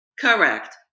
Correct